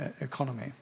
economy